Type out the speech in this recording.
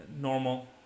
normal